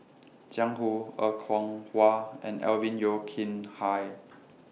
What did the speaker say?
Jiang Hu Er Kwong Wah and Alvin Yeo Khirn Hai